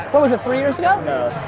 what was it? three years ago?